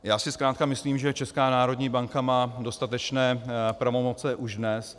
Já si zkrátka myslím, že Česká národní banka má dostatečné pravomoce už dnes.